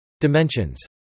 Dimensions